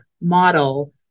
model